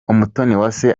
umutoniwase